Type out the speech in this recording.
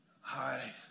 Hi